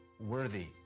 Worthy